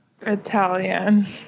Italian